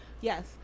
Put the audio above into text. Yes